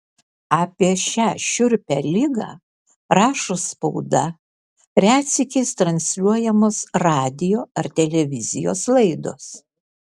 apie šią šiurpią ligą rašo spauda retsykiais transliuojamos radijo ar televizijos laidos